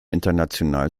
international